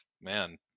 man